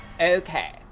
Okay